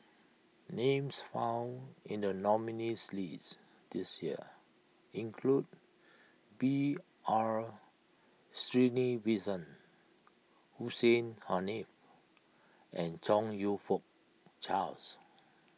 names found in the nominees' list this year include B R Sreenivasan Hussein Haniff and Chong You Fook Charles